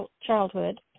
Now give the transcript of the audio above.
childhood